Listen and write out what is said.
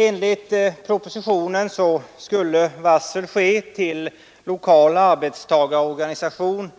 Enligt propositionen skulle varsel ske till lokal arbetstagarorganisation